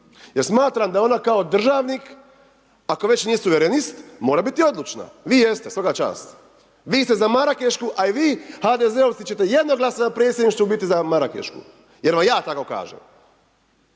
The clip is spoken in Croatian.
jer smatram da ona kao državnik ako već nije suverenist, mora biti odlučna. Vi jeste, svaka čast. Vi ste za Marakešku, a i vi HDZ-ovci ćete jednoglasno na predsjedništvu biti za Marakešku, jer vam ja tako kažem.